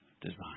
design